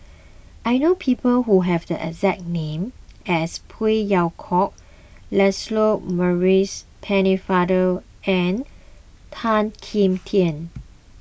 I know people who have the exact name as Phey Yew Kok Lancelot Maurice Pennefather and Tan Kim Tian